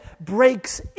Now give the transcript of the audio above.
breaks